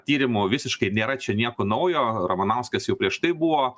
tyrimo visiškai nėra čia nieko naujo ramanauskas jau prieš tai buvo